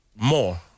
More